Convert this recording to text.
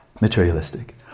materialistic